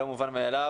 לא מובן מאליו.